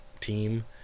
team